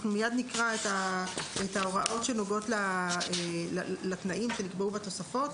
אנחנו מיד נקרא את ההוראות שנוגעות לתנאים שנקבעו בתוספות,